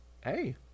hey